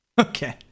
okay